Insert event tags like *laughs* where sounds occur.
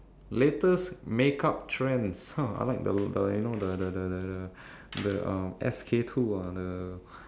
latest makeup trend *laughs* I like the the you know the the the the the the um S_K two ah the